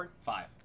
Five